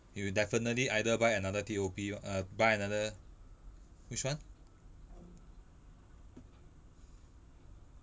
you definitely either buy another T_O_P err buy another which one